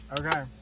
Okay